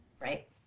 Right